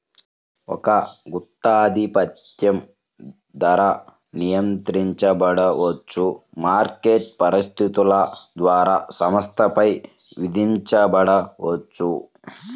ఒక గుత్తాధిపత్యం ధర నిర్ణయించబడవచ్చు, మార్కెట్ పరిస్థితుల ద్వారా సంస్థపై విధించబడవచ్చు